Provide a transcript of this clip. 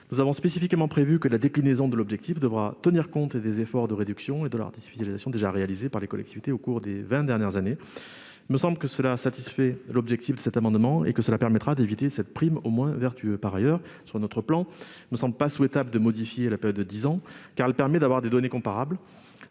Nous avons spécifiquement prévu que la déclinaison de l'objectif devra tenir compte des efforts de réduction de l'artificialisation déjà réalisés par les collectivités au cours des vingt dernières années. Il me semble que cela satisfait l'objectif de cet amendement et que cela permettra d'éviter cette prime aux moins vertueux. Par ailleurs, il ne me semble pas souhaitable de modifier la période de dix ans ; ce choix permet en effet de disposer de données comparables,